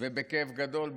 ובכאב גדול,